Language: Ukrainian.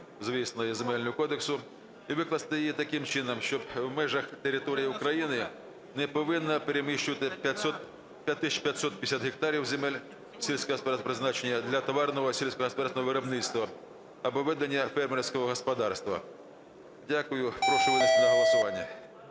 славнозвісної Земельного кодексу і викласти її таким чином, щоб в межах території України не повинна перевищувати 5550 гектарів земель сільськогосподарського призначення для товарного сільськогосподарського виробництва або ведення фермерського господарства. Дякую. Прошу винести на голосування.